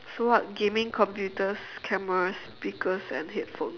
so what gaming computers cameras speakers and headphone